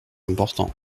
important